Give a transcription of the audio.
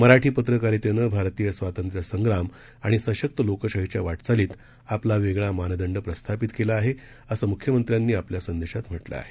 मराठी पत्रकारितेने भारतीय स्वातंत्र्य संग्राम आणि सशक्त लोकशाहीच्या वाटचालीत आपला वेगळा मानदंड प्रस्थापित केला आहे असं मुख्यमंत्र्यांनी आपल्या संदेशात म्हटलं आहे